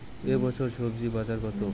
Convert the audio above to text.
এ বছর স্বজি বাজার কত?